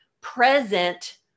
present